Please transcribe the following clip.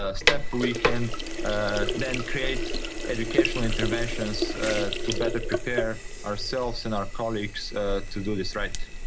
ah step, we can ah then create educational interventions ah to better prepare ourselves and our colleagues to do this right.